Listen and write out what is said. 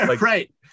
right